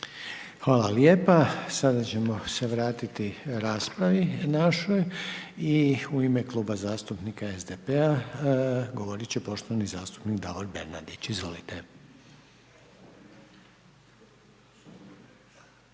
Željko (HDZ)** Sada ćemo se vratiti raspravi našoj. I u ime Kluba zastupnika SDP-a, govoriti će poštovani zastupnik Davor Bernardić. Izvolite.